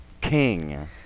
king